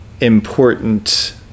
important